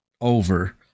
over